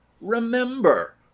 Remember